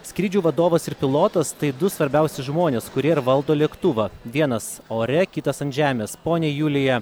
skrydžių vadovas ir pilotas tai du svarbiausi žmonės kurie ir valdo lėktuvą vienas ore kitas ant žemės ponia julija